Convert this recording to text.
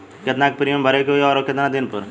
केतना के प्रीमियम भरे के होई और आऊर केतना दिन पर?